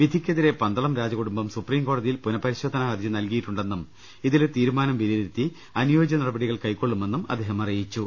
വിധിക്കെതിരെ പന്തളം രാജകുടുംബം സുപ്രീം കോടതിയിൽ പുനഃപരിശോധനാഹർജി നൽകിയിട്ടുണ്ടെ ന്നും ഇതിലെ തീരുമാനം വിലയിരുത്തി അനുയോജ്യ നടപടികൾ കൈക്കൊള്ളുമെ ന്നും അദ്ദേഹം അറിയിച്ചു